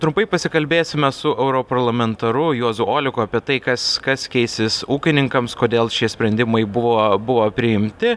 trumpai pasikalbėsime su europarlamentaru juozu oleku apie tai kas kas keisis ūkininkams kodėl šie sprendimai buvo buvo priimti